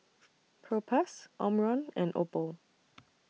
Propass Omron and Oppo